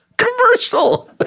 Commercial